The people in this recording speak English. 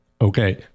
Okay